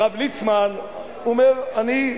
הרב ליצמן אומר: אני,